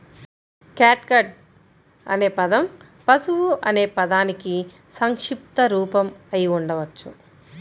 catgut అనే పదం పశువు అనే పదానికి సంక్షిప్త రూపం అయి ఉండవచ్చు